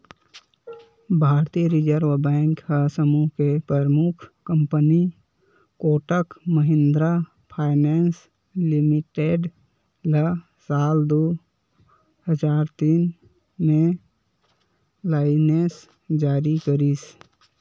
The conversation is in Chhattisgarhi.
भारतीय रिर्जव बेंक ह समूह के परमुख company Kotak Mahindra finance limited ल साल दू हजार तीन म लाइनेंस जारी करिस